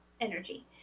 energy